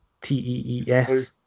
T-E-E-F